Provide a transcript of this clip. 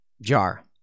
jar